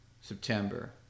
September